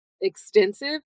extensive